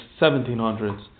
1700s